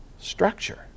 structure